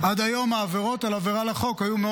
עד היום העבירות על החוק היו,